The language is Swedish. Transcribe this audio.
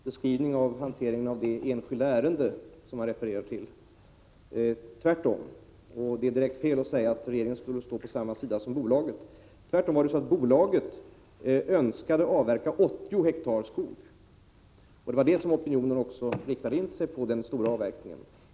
Herr talman! Jag kan inte instämma i Lars Ernestams beskrivning av hanteringen av det enskilda ärende han refererar till. Det är direkt felaktigt att säga att regeringen skulle stå på samma sida som bolaget. Tvärtom — bolaget önskade avverka 80 hektar skog, och det var denna stora avverkning som opinionen riktades mot.